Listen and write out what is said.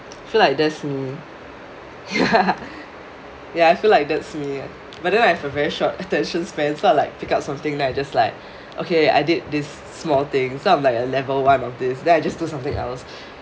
feel like that's me ya ya I feel like that's me but then I have a very short attention span so I like pick up something then just like okay I did this small thing so I'm like a level one of this then I just do something else